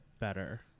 better